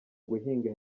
guhinga